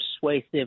persuasive